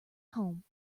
home